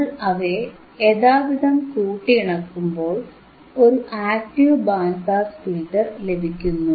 നമ്മൾ അവയെ യഥാവിധം കൂട്ടിയിണക്കുമ്പോൾ ഒരു ആക്ടീവ് ബാൻഡ് പാസ് ഫിൽറ്റർ ലഭിക്കുന്നു